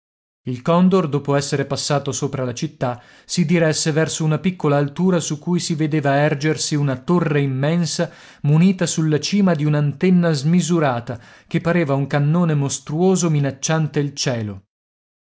il condor dopo essere passato sopra la città si diresse verso una piccola altura su cui si vedeva ergersi una torre immensa munita sulla cima di un'antenna smisurata che pareva un cannone mostruoso minacciante il cielo